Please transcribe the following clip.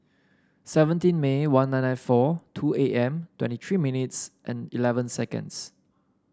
seventeen May one nine nine four two A M twenty three minutes and eleven seconds